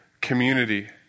community